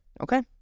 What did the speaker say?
Okay